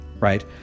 right